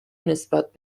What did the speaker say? نسبت